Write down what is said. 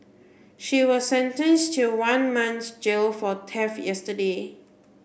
she was sentenced to one month's jail for yesterday